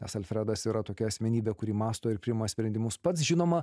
nes alfredas yra tokia asmenybė kuri mąsto ir priima sprendimus pats žinoma